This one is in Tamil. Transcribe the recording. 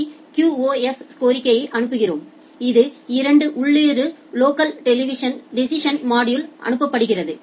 பி QoS கோரிக்கையை அனுப்புகிறோம் இது இரண்டு உள்ளூர் லோக்கல் டெஸிஸின் மாடுலேவுக்கு அனுப்பப்படுகிறது